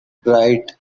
bright